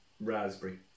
Raspberry